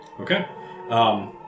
Okay